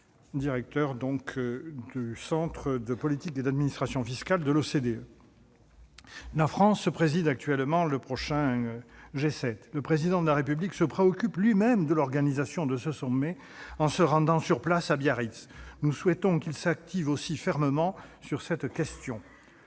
directeur du Centre de politique et d'administration fiscales de l'OCDE. La France présidera le prochain G7. Le Président de la République se préoccupe lui-même de l'organisation de ce sommet en se rendant sur place, à Biarritz. Nous souhaitons qu'il s'active aussi fermement sur cette question.